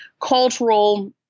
cultural